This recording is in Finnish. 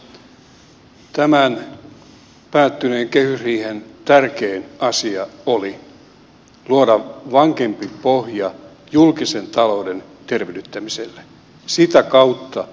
tämän päättyneen kehysriihen tärkein asia oli luoda vankempi pohja julkisen talouden tervehdyttämiselle sitä kautta kasvulle ja työllisyydelle